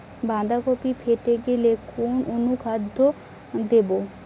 বাঁধাকপি ফেটে গেলে কোন অনুখাদ্য দেবো?